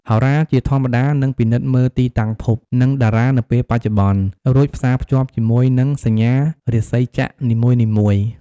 ហោរា ជាធម្មតានឹងពិនិត្យមើលទីតាំងភព និងតារានៅពេលបច្ចុប្បន្ន រួចផ្សារភ្ជាប់ជាមួយនឹងសញ្ញារាសីចក្រនីមួយៗ។